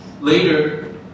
Later